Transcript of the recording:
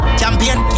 champion